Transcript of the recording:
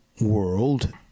world